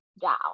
down